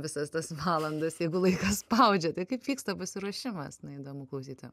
visas tas valandas jeigu laikas spaudžia tai kaip vyksta pasiruošimas na įdomu klausytojam